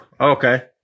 Okay